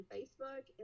Facebook